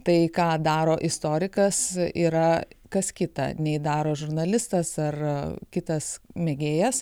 tai ką daro istorikas yra kas kita nei daro žurnalistas ar kitas mėgėjas